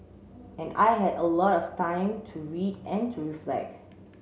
and I had a lot of time to read and to reflect